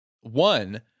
One